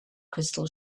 crystal